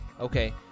Okay